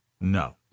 No